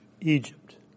Egypt